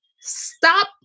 stop